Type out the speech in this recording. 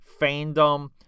fandom